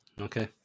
Okay